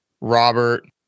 Robert